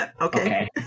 okay